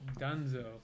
Dunzo